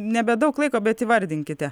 nebedaug laiko bet įvardinkite